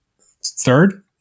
Third